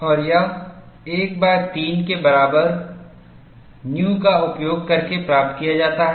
और यह 13 के बराबर nu का उपयोग करके प्राप्त किया जाता है